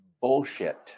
Bullshit